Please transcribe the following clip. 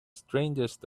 strangest